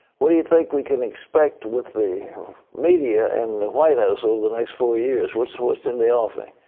what do you think we can expect with the media in the white house over the next four years. what so is in the offing?